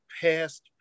past